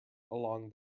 along